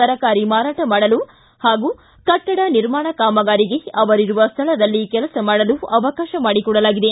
ತರಕಾರಿ ಮಾರಾಟ ಮಾಡಲು ಹಾಗೂ ಕಟ್ಟಡ ನಿರ್ಮಾಣ ಕಾಮಗಾರಿಗೆ ಅವರಿರುವ ಸ್ವಳದಲ್ಲಿ ಕೆಲಸ ಮಾಡಲು ಅವಕಾಶ ಮಾಡಿಕೊಡಲಾಗಿದೆ